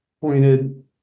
pointed